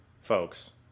folks